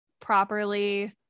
properly